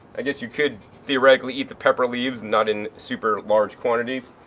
i guess you could directly eat the pepper leaves, not in super large quantities.